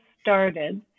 started